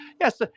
yes